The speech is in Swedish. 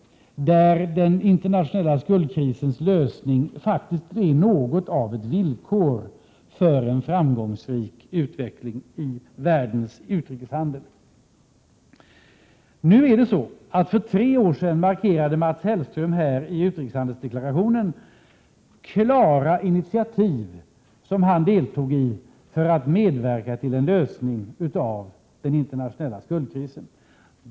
Den internationella skuldkrisens lösning är faktiskt något av ett villkor för en framgångsrik utveckling av världens utrikeshandel. Mats Hellström markerade för tre år sedan i den utrikeshandelspolitiska deklarationen de klara initiativ i vilka han deltog till att medverka till en lösning av den internationella skuldkrisen.